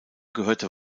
gehörte